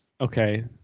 Okay